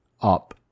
up